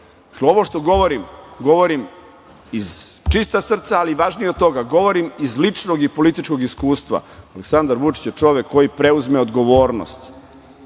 ovo što govorim, govorim iz čista srca, ali i važnije od toga, govorim iz ličnog i političkog iskustva. Aleksandar Vučić je čovek koji preuzme odgovornost